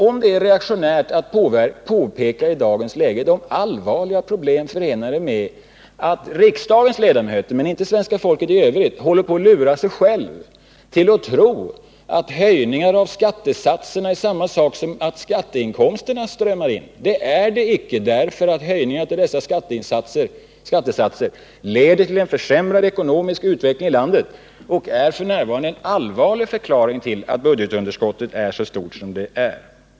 Det är icke reaktionärt att i dagens läge påpeka de olika problem som är förenade med att riksdagens ledamöter — men inte svenska folket i övrigt — håller på att lura sig själva att tro att höjningar av skattesatser är samma sak som att skatteinkomsterna strömmar in. Höjningar av dessa skattesatser leder i stället till en försämrad ekonomisk utveckling i landet. Och det är f. n. 9 en allvarlig förklaring till att budgetunderskottet är så stort som det är.